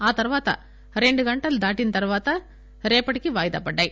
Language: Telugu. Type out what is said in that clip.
ఆ తర్వాత రెండు గంటలు దాటాక రేపటికి వాయిదా పడ్డాయి